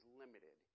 limited